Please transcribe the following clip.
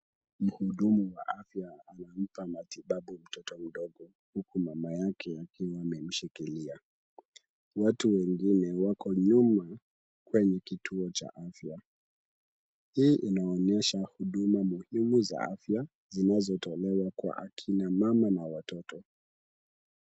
Mhudumu wa afya anampa matibabu mtoto mdogo huku mama yake akiwa amemshikilia. Watu wengine wako nyuma kwenye kituo cha afya. Hii inaonyesha huduma muhimu za afya zinazotolewa kwa akina mama na watoto.